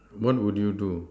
what will you do